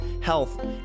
health